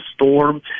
storm